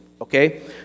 okay